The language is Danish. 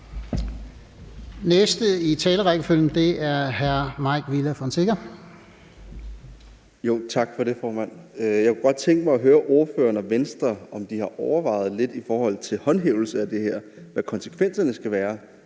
Mike Villa Fonseca. Kl. 13:42 Mike Villa Fonseca (UFG): Tak for det, formand. Jeg kunne godt tænke mig at høre ordføreren Venstre, om de har overvejet lidt i forhold til håndhævelse af det her, altså hvad konsekvenserne skal være.